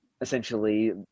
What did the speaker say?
essentially